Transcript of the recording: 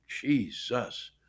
Jesus